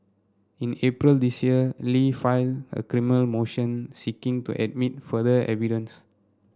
in April this year Li filed a criminal motion seeking to admit further evidence